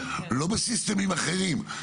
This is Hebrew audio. לא בסיסטמים אחרים.